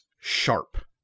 sharp